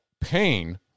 pain